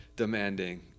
Demanding